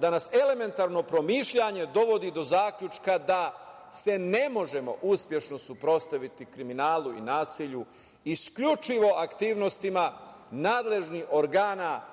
nas elementarno promišljanje dovodi do zaključka da se ne može uspešno suprotstaviti kriminalu i nasilju, isključivo aktivnosti nadležnih organa